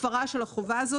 הפרה של החובה הזאת,